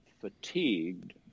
fatigued